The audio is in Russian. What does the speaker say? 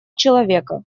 человека